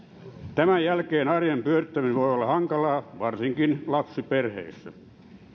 tämän jälkeen arjen pyörittäminen voi olla hankalaa varsinkin lapsiperheissä